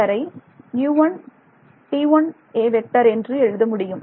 ஐ என்று எழுத முடியும்